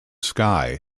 sky